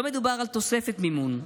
לא מדובר על תוספת מימון.